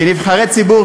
כנבחרי ציבור,